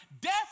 Death